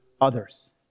others